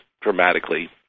dramatically